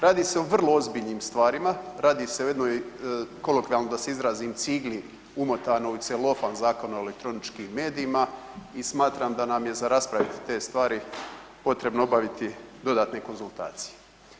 Radi se o vrlo ozbiljnim stvarima, radi se o jednoj, kolokvijalno da se izrazim cigli umotanoj u celofan Zakona o elektroničkim medijima i smatram da nam je za raspravit te stvari potrebno obaviti dodatne konzultacije.